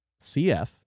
cf